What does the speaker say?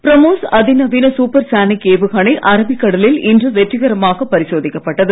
பிரம்மோஸ் அதிநவீன சூப்பர்சானிக் ஏவுகணை அரபிக் கடலில் இன்று வெற்றிகரமாக பரிசோதிக்கப்பட்டது